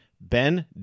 Ben